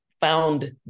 found